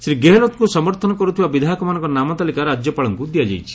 ଶ୍ରୀ ଗେହଲତଙ୍କୁ ସମର୍ଥନ କରୁଥିବା ବିଧାୟକମାନଙ୍କ ନାମ ତାଲିକା ରାଜ୍ୟପାଳଙ୍କୁ ଦିଆଯାଇଛି